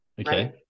Okay